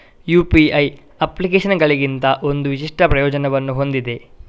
UPI ಅಪ್ಲಿಕೇಶನುಗಳಿಗಿಂತ ಒಂದು ವಿಶಿಷ್ಟ ಪ್ರಯೋಜನವನ್ನು ಹೊಂದಿದೆ